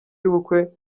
y’ubukwe